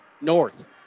North